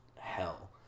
hell